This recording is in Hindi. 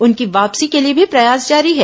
उनकी वापसी के लिए भी प्रयास जारी है